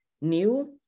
new